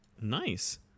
Nice